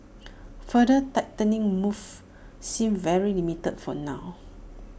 further tightening moves seem very limited for now